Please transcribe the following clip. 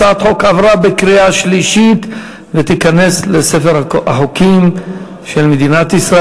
הצעת החוק עברה בקריאה שלישית ותיכנס לספר החוקים של מדינת ישראל.